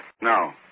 No